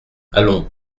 allons